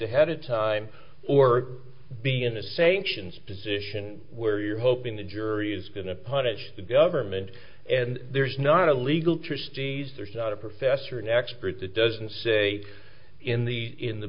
ahead of time or be in the same sions position where you're hoping the jury's going to punish the government and there's not a legal kristi's there's not a professor an expert that doesn't say in the in the